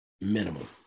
Minimum